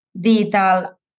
digital